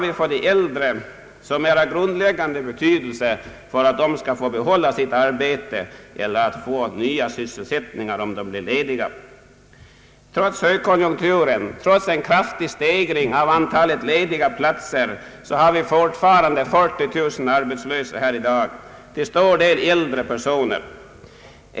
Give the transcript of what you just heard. Men vad gör vi av grundläggande betydelse för att de äldre skall få behålla sitt arbete eller få nya sysselsättningar om de blir lediga? Trots högkonjunkturen och trots en kraftig stegring av antalet lediga platser har vi fortfarande 40 000 arbetslösa — till stor del äldre personer.